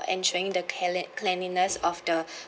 ensuring the cleanli~ cleanliness of the